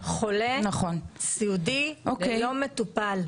סיעודי, ולא מטופל.